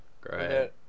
Great